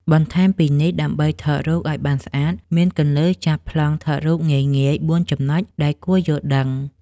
បន្ថែមពីនេះ ដើម្បីថតរូបឱ្យបានស្អាត មានគន្លឹះចាប់ប្លង់ថតរូបងាយៗ ៤ចំណុចដែលគួរយល់ដឹង។